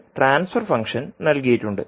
ഒരു transfer function നൽകിയിട്ടുണ്ട്